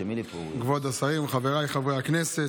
כבוד השרים, חבריי חברי הכנסת,